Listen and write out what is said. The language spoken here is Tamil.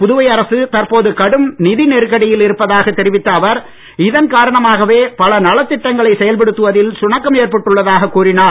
புதுவை அரசு தற்போது கடும் நிதி நெருக்கடியில் இருப்பதாகத் தெரிவித்த அவர் இதன் காரணமாகவே பல நலத் திட்டங்களை செயல் படுத்துவதில் சுணக்கம் ஏற்பட்டுள்ளதாகக் கூறினார்